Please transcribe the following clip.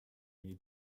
need